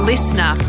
Listener